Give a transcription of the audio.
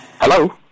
Hello